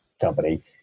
company